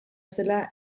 zela